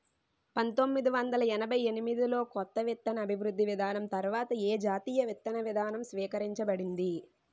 పంతోమ్మిది వందల ఎనభై ఎనిమిది లో కొత్త విత్తన అభివృద్ధి విధానం తర్వాత ఏ జాతీయ విత్తన విధానం స్వీకరించబడింది?